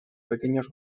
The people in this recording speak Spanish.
pequeños